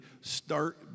start